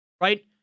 right